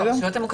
לא.